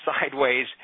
sideways